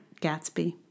Gatsby